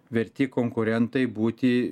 verti konkurentai būti